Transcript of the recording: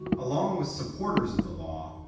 along with supporters of the law,